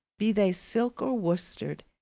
be they silk or worsted,